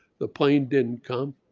the plane didn't come.